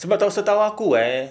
sebab setahu aku eh